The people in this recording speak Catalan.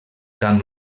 camp